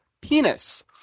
penis